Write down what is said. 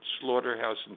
Slaughterhouse